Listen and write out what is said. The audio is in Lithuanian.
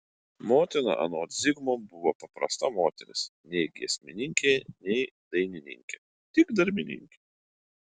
motina anot zigmo buvo paprasta moteris nei giesmininkė nei dainininkė tik darbininkė